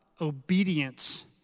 obedience